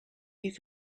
you